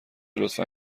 لطفا